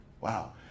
Wow